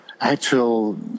actual